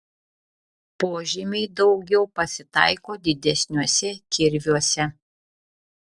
požymiai daugiau pasitaiko didesniuose kirviuose